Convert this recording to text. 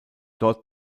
dort